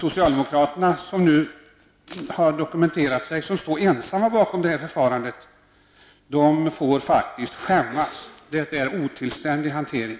Socialdemokraterna har nu dokumenterat att de står ensamma bakom detta förfarande, och de får faktiskt skämmas! Detta är en otillständig hantering.